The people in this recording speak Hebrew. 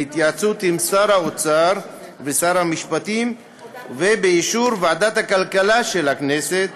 בהתייעצות עם שר האוצר ושר המשפטים ובאישור ועדת הכלכלה של הכנסת,